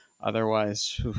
otherwise